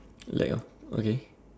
lag ah okay